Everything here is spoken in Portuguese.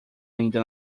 ainda